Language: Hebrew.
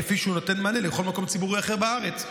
כפי שהוא נותן מענה לכל מקום ציבורי אחר בארץ,